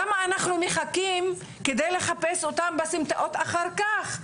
למה אנחנו מחכים כדי לחפש אותם בסמטאות אחר כך.